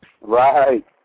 Right